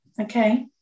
Okay